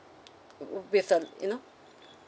with the you know